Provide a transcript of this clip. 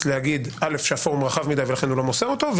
להגיד א' שהפורום רחב מידי ולכן הוא לא מוסר אותו,